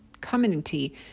community